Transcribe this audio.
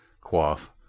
quaff